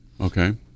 Okay